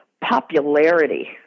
popularity